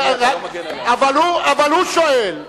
אבל הוא שואל.